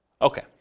Okay